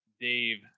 Dave